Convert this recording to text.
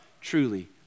truly